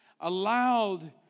allowed